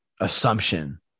assumption